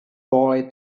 boy